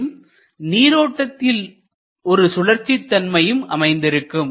மேலும் நீரோட்டத்தில் ஒரு சுழற்சிதன்மையும் அமைந்திருக்கும்